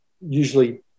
Usually